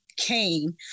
came